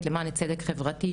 למען הצדק החברתי,